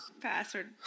password